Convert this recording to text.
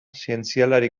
zientzialari